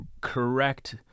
correct